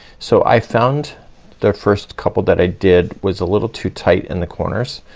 so i found the first couple that i did was a little too tight in the corners,